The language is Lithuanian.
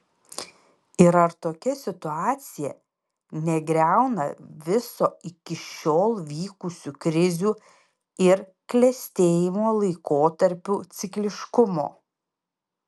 ir ar tokia situacija negriauna viso iki šiol vykusių krizių ir klestėjimo laikotarpių cikliškumo